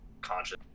conscious